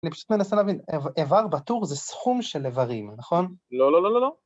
אני פשוט מנסה להבין, איבר בטור זה סכום של איברים, נכון? לא, לא, לא, לא.